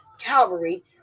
Calvary